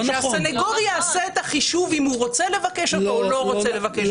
שהסנגור יעשה את החישוב אם הוא רוצה לבקש אותו או לא רוצה לבקש אותו.